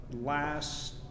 Last